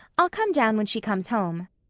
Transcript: i'll come down when she comes home.